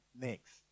next